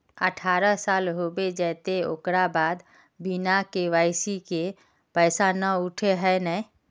अठारह साल होबे जयते ओकर बाद बिना के.वाई.सी के पैसा न उठे है नय?